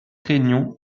réunion